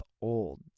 old